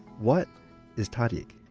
what is tahdig?